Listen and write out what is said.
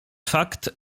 fakt